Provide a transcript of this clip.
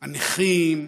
הנכים,